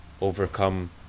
overcome